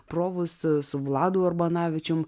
provus su vladu urbanavičiumi